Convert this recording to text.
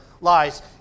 lies